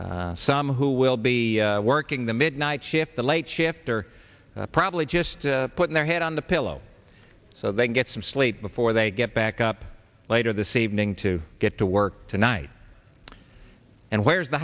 some who will be working the midnight shift the late shift or probably just put their head on the pillow so they can get some sleep before they get back up later this evening to get to work tonight and where's the